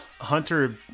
hunter